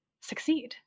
succeed